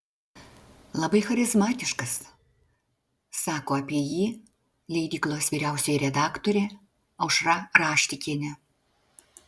labai charizmatiškas sako apie jį leidyklos vyriausioji redaktorė aušra raštikienė